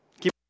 Keep